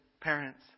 parents